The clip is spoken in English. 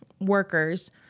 workers